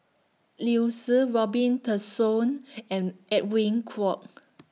Liu Si Robin Tessensohn and Edwin Koek